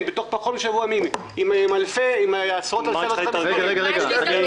תוך פחות משבוע ימים עם עשרות אלפי מצלמות --- מה יש להתארגן?